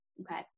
Okay